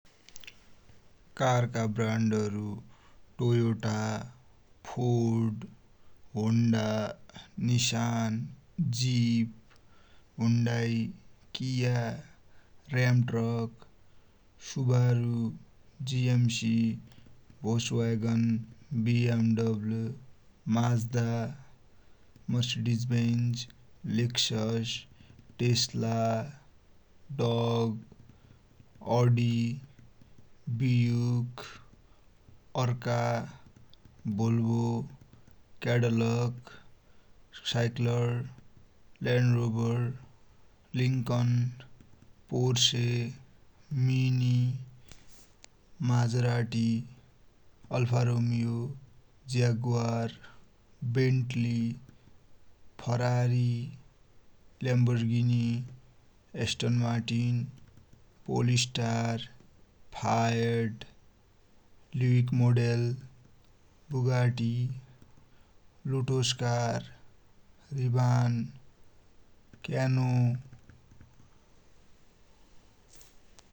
कारका ब्राण्डहरु Toyota, Ford, Honda, Nissan, Jeep, Hyundai, Kia, र्याम्रक, Subaru, GMC, Volkswagen, BMW, Mazda, Mercedes Benz, Lexus, Tesla, Dodge, Audi, Buick, अर्खा, Volvo, Cadillac, Chrysler, Land Rover, Lincoln, Porsche, Mini, माज्रा डि, Alfa Romeo, Jaguar, Bentley, Ferrari, Lamborghini, Aston Martin, Polestar, फ़ायर्ड, ल्युक मोडेल, पुगर्दी, रुटोस्कार, Rivian, Keanu.